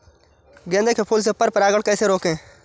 गेंदे के फूल से पर परागण कैसे रोकें?